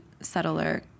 settler